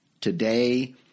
today